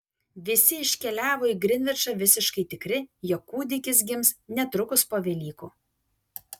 visi iškeliavo į grinvičą visiškai tikri jog kūdikis gims netrukus po velykų